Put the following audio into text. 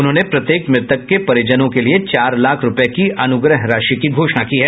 उन्होंने प्रत्येक मृतक के परिवार के लिए चार लाख रुपये की अनुग्रह राशि की घोषणा की है